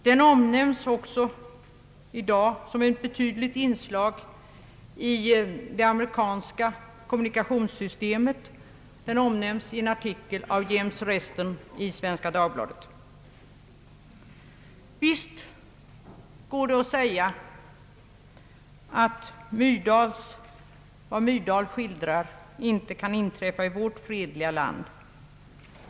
Samma princip nämns också i dag som ett viktigt inslag i det amerikanska kommunikationssystemet — den omnämnes i en artikel av James Reston i Svenska Dagbladet. Visst går det att säga att vad Myrdal skildrar inte kan inträffa i vårt fredliga land.